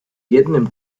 jednym